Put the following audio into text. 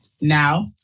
Now